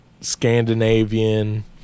Scandinavian